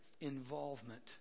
involvement